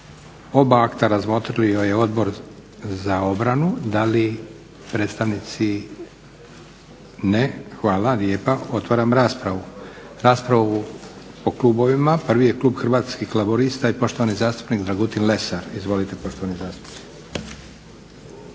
oba akta razmotrio je Odbor za obranu. Da li predstavnici? Ne? Hvala lijepa. Otvaram raspravu. Raspravu po klubovima. Prvi je klub Hrvatskih laburista i poštovani zastupnik Dragutin Lesar. Izvolite poštovani zastupniče.